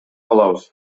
калабыз